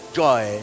joy